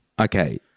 Okay